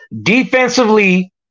Defensively